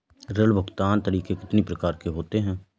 ऋण भुगतान के तरीके कितनी प्रकार के होते हैं?